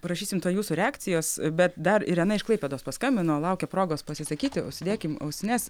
prašysim tuoj jūsų reakcijos bet dar irena iš klaipėdos paskambino laukė progos pasisakyti užsidėkim ausines